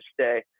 stay